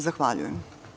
Zahvaljujem.